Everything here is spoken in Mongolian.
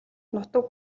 нутаг